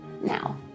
now